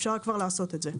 אפשר כבר לעשות את זה.